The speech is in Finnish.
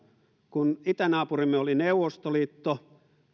kun itänaapurimme oli neuvostoliitto